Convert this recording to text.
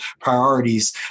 priorities